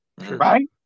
right